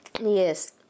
yes